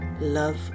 love